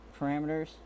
parameters